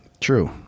True